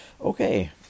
okay